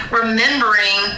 remembering